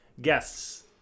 guests